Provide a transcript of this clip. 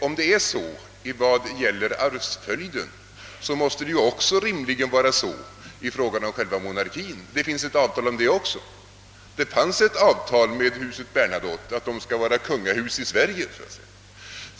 Om det är så i vad gäller arvsföljden, måste det rimligen också finnas ett avtal om själva monarkien, ett avtal med huset Bernadotte att ätten skall vara kungahus i Sverige.